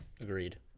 Agreed